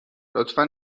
لطفا